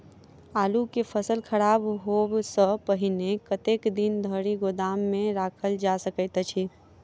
आलु केँ फसल खराब होब सऽ पहिने कतेक दिन धरि गोदाम मे राखल जा सकैत अछि?